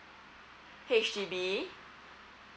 H_D_B